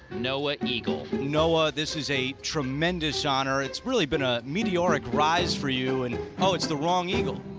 noah eagle. noah, this is a tremendous honor. it's really been a meteoric rise for you and oh, it's the wrong eagle,